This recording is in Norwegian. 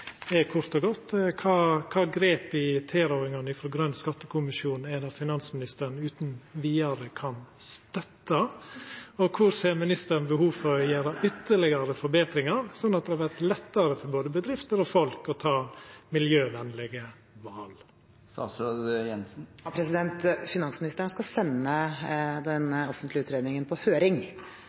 kort og godt: Kva grep i tilrådingane frå Grøn skattekommisjon er det finansministeren utan vidare kan støtta, og kvar ser ministeren behov for å gjera ytterlegare forbetringar, sånn at det vert lettare for både bedrifter og folk å ta miljøvenlege val? Finansministeren skal sende den offentlige utredningen på